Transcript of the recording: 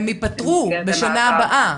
הם ייפתרו בשנה הבאה.